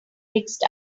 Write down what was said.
mixed